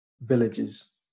villages